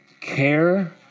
care